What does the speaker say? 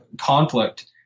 conflict